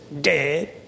dead